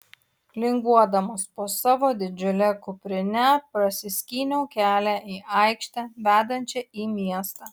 linguodamas po savo didžiule kuprine prasiskyniau kelią į aikštę vedančią į miestą